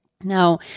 Now